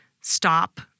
stop